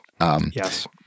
Yes